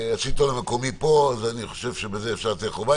השלטון המקומי פה אז אני חושב שבזה אפשר לצאת ידי חובה,